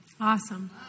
Awesome